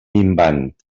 minvant